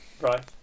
right